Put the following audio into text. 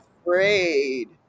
afraid